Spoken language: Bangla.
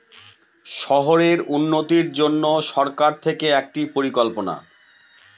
শহরের উন্নতির জন্য সরকার থেকে একটি পরিকল্পনা